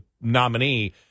nominee